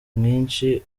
mwinshi